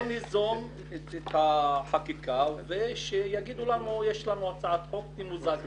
בואי ניזום את החקיקה ושיגידו לנו יש לנו הצעת חוק --- כן,